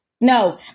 No